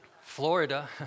Florida